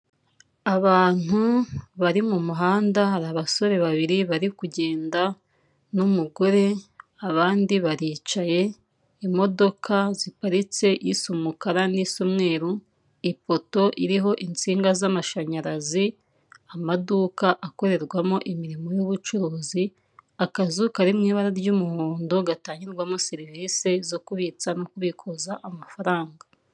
Abantu bari mu muhanda hari abasore babiri bari kugenda n'umugore abandi baricaye, imodoka ziparitse isa umukara n'isa umweru, ipoto iriho itsinga z'amashanyarazi, amaduka akorerwamo imirimo y'ubucuruzi, akazu kari mu ibara ry'umuhondo gatangirwamo serivisi zo kubitsa no kubikuza amafaranga.